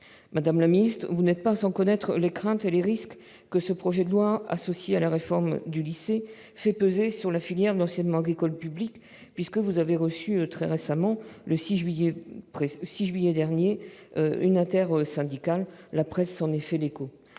Madame la ministre, vous n'êtes pas sans connaître les craintes et les risques que ce projet de loi, associé à la réforme du lycée, fait naître au sujet de la filière d'enseignement agricole public, puisque vous avez reçu très récemment- c'était le 6 juillet dernier -les représentants d'une intersyndicale. La presse s'est fait l'écho